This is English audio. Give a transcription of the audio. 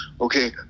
okay